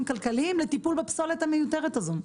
כלכליים לטיפול בפסולת המיותרת הזאת.